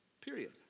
period